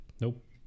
nope